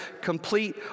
complete